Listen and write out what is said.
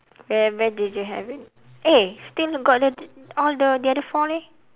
where where did you have it eh still got the all the the other four leh